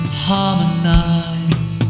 harmonize